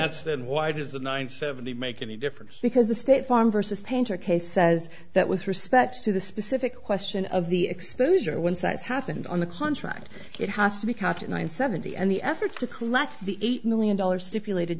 that's then why does the nine seventy make any difference because the state farm versus painter case says that with respect to the specific question of the exposure once that's happened on the contract it has to be kept in nine seventy and the effort to collect the eight million dollars stipulated